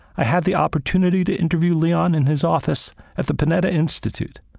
i had the opportunity to interview leon in his office at the panetta institute,